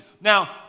now